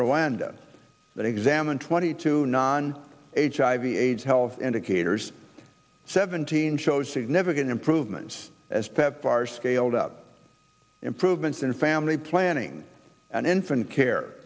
that examined twenty two non hiv aids health indicators seventeen shows significant improvements as pepfar scaled up improvements in family planning and infant care